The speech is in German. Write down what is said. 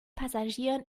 passagieren